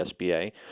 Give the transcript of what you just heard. SBA